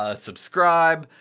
ah subscribe.